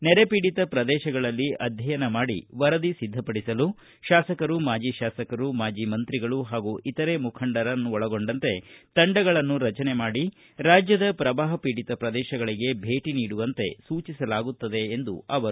ನೆರೆ ಪೀಡಿತ ಪ್ರದೇಶಗಳಲ್ಲಿ ಅಧ್ಯಯನ ಮಾಡಿ ವರದಿ ಸಿದ್ದಪಡಿಸಲು ಶಾಸಕರು ಮಾಜಿ ಶಾಸಕರು ಮಾಜಿ ಶಾಸಕರು ಮಾಜಿ ಮಂತ್ರಿಗಳು ಹಾಗೂ ಇತರೆ ಮುಖಂಡರುಗಳು ಒಳಗೊಂಡಂತೆ ತಂಡಗಳನ್ನು ರಜನೆ ಮಾಡಿ ರಾಜ್ವದ ಪ್ರವಾಪ ಪೀಡಿತ ಪ್ರದೇಶಗಳಿಗೆ ಭೇಟಿ ನೀಡುವಂತೆ ಸೂಚಿಸಲಾಗುತ್ತದೆ ಎಂದರು